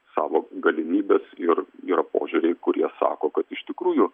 savo galimybes ir yra požiūriai kurie sako kad iš tikrųjų